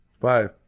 five